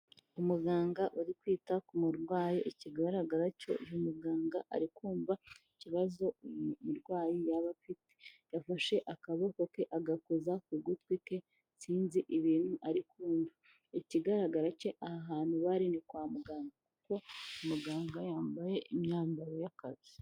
Umuganga uri kwita ku murwayi ikigaragara cyo uyu muganga ari kumva ikibazo uyu umurwayi yaba afite, yafashe akaboko ke agakoza ku gutwi kwe sinzi ibintu ari kumva, ikigaragara cyo aha hantu bari ni kwa muganga kuko muganga yambaye imyambaro y'akazi.